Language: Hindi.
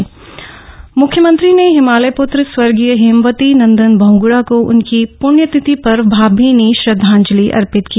बहगणा पण्यतिथि म्ख्यमंत्री ने हिमालय प्त्र स्वर्गीय हेमवती नंदन बह्ग्णा को उनकी प्ण्यतिथि पर भावभीनी श्रदधांजलि अर्पित की